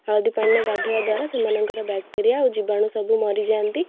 ହଳଦୀ ପାଣିରେ ଗାଧୋଇବା ଦ୍ୱାରା ସେମାନଙ୍କର ବ୍ୟାକ୍ଟେରିଆ ଆଉ ଜୀବାଣୁ ସବୁ ମରିଯାଆନ୍ତି